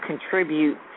contribute